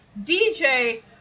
DJ